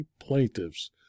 plaintiffs